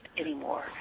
anymore